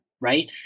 right